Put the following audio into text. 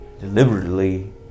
deliberately